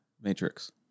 Matrix